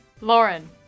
Lauren